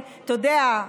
אתה יודע,